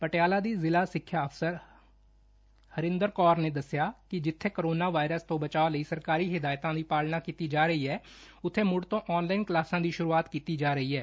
ਪਟਿਆਲਾ ਦੀ ਜਿਲ੍ਹਾ ਸਿੱਖਿਆ ਅਫਸਰ ਹਰਿੰਦਰ ਕੌਰ ਨੇ ਦੱਸਿਆ ਕਿ ਜਿੱਬੇ ਕਰੋਨਾ ਵਾਇਰਸ ਤੋ ਬਚਾਅ ਲਈ ਸਰਕਾਰੀ ਹਿੱਦਾਇਤਾਂ ਦੀ ਪਾਲਣਾ ਕੀਤੀ ਜਾ ਰਹੀ ਏ ਉੱਬੇ ਮੁੜ ਤੋ ਆਨਲਾਇਨ ਕਲਾਸਾਂ ਦੀ ਸੁਰੁਆਤ ਕੀਤੀ ਜਾ ਰਹੀ ਏ